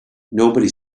nobody